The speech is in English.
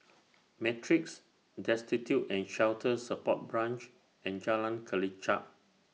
Matrix Destitute and Shelter Support Branch and Jalan Kelichap